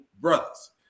brothers